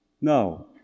no